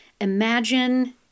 Imagine